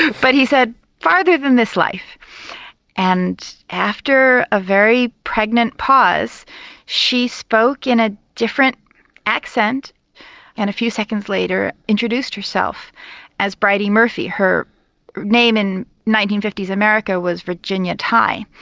but he said further than this life and after a very pregnant pause she spoke in a different accent and a few seconds later introduced herself as bridey murphy her name in nineteen fifty s america was virginia tighe.